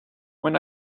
when